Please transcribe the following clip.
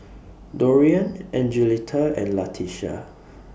Dorian Angelita and Latisha